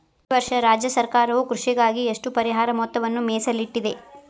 ಈ ವರ್ಷ ರಾಜ್ಯ ಸರ್ಕಾರವು ಕೃಷಿಗಾಗಿ ಎಷ್ಟು ಪರಿಹಾರ ಮೊತ್ತವನ್ನು ಮೇಸಲಿಟ್ಟಿದೆ?